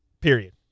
Period